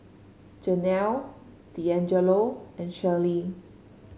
Janelle Deangelo and Sherrie